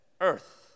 earth